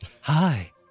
Hi